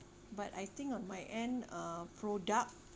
but I think on my end a product